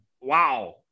wow